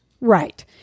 Right